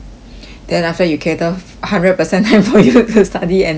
then after that you cater hundred percent time for you to study and not exercise